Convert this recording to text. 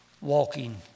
walking